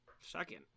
second